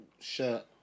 shirt